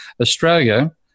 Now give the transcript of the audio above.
Australia